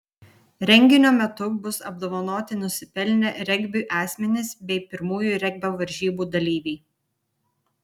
renginio metu bus apdovanoti nusipelnę regbiui asmenys bei pirmųjų regbio varžybų dalyviai